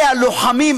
אלה הלוחמים,